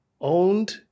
owned